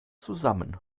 zusammen